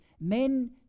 men